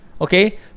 okay